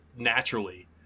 naturally